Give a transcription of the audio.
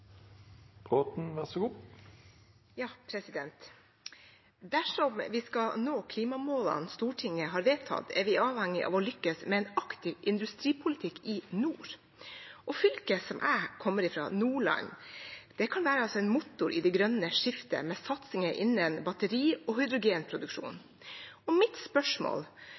vi avhengig av å lykkes med en aktiv industripolitikk i nord. Fylket jeg kommer fra, Nordland, kan være en motor i det grønne skiftet, med satsinger innen batteri- og hydrogenproduksjon. Til representanten fra Miljøpartiet De Grønne, som sier at De Grønne er næringslivspartiet, og